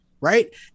right